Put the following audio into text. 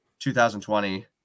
2020